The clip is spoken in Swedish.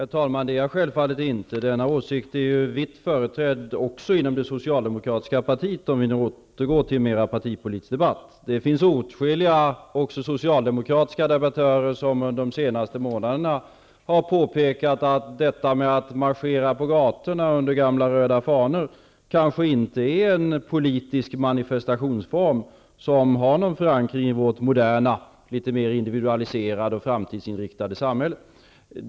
Herr talman! Det är jag självfallet inte. Denna åsikt är vitt företrädd, även inom det socialdemokratiska partiet -- om vi återgår till en mera partipolitisk debatt. Åtskilliga socialdemokratiska debattörer har de senaste månaderna påpekat att marscherandet på gator under gamla röda fanor kanske inte är en politisk manifestationsform som har en förankring i vårt moderna, litet mera individualiserade och framtidsinriktade samhälle.